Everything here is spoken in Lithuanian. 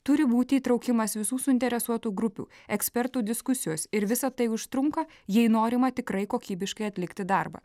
turi būti įtraukimas visų suinteresuotų grupių ekspertų diskusijos ir visa tai užtrunka jei norima tikrai kokybiškai atlikti darbą